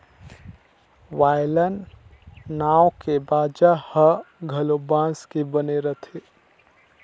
violin नांव के बाजा ह घलो बांस के बने रथे